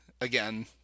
again